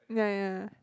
ya ya ya